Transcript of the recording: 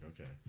okay